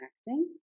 acting